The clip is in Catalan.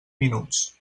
minuts